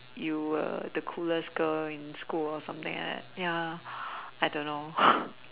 you were the coolest girl in school or something like that ya I don't know